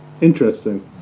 Interesting